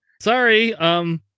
sorry